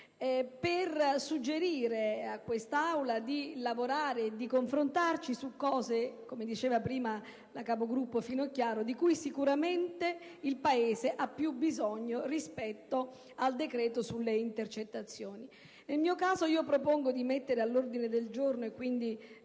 per suggerire a quest'Aula di lavorare e di confrontarci su temi - come diceva prima la capogruppo Finocchiaro - di cui sicuramente il Paese ha più bisogno rispetto al provvedimento sulle intercettazioni. Nel mio caso, propongo di calendarizzare il disegno di